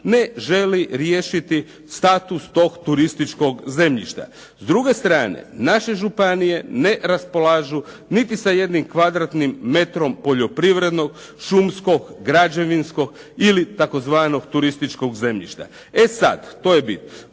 ne želi riješiti status tog turističkog zemljišta? S druge strane naše županije ne raspolažu niti sa jednim kvadratnim metrom poljoprivrednog, šumskog, građevinskog ili tzv. turističkog zemljišta. E sad, to je bit.